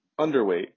underweight